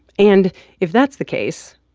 and if that's the case,